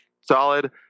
solid